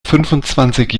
fünfundzwanzig